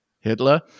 Hitler